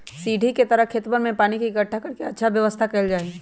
सीढ़ी के तरह खेतवन में पानी के इकट्ठा कर के अच्छा व्यवस्था कइल जाहई